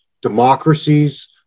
democracies